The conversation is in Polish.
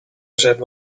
żeby